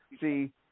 see